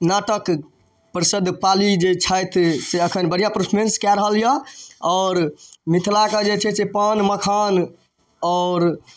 नाटक प्रसिद्ध पाली जे छथि से एखन बढ़िआँ परफॉर्मेन्स कऽ रहल अइ आओर मिथिलाके जे छै से पान मखान आओर